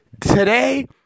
Today